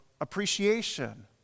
appreciation